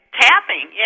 Tapping